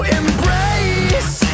embrace